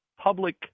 public